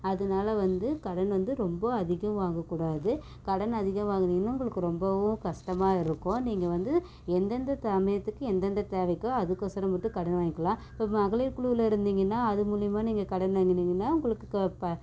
அதனால வந்து கடன் வந்து ரொம்ப அதிகம் வாங்கக்கூடாது கடன் அதிகம் வாங்கினிங்கன்னா நமக்கு ரொம்பவும் கஷ்டமாக இருக்கும் நீங்கள் வந்து எந்தெந்த சமயத்துக்கு எந்தெந்த தேவைக்கோ அதுக்கோசரம் மட்டும் கடன் வாங்கிக்கலாம் இப்போ மகளிர் குழுவில இருந்திங்கன்னா அது மூலியமாக நீங்கள் கடன் வாங்குனிங்கன்னா உங்களுக்கு க ப